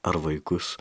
ar vaikus